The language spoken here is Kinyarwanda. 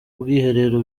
ubwiherero